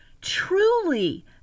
truly